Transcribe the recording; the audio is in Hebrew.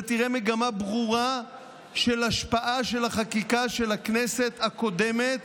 אתה תראה מגמה ברורה של השפעה של החקיקה של הכנסת הקודמת